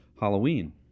Halloween